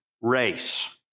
race